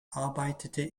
arbeitete